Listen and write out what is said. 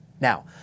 Now